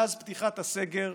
מאז פתיחת הסגר,